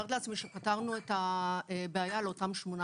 מתארת לעצמי שפתרנו את הבעיה לאותם 18